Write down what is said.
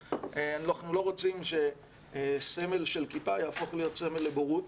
אנחנו לא רוצים שסמל של כיפה יהפוך להיות סמל לבורות.